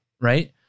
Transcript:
right